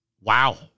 wow